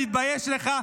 תתבייש לך,